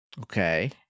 Okay